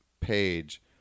page